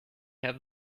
have